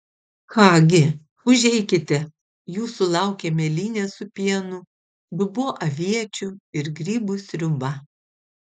ką gi užeikite jūsų laukia mėlynės su pienu dubuo aviečių ir grybų sriuba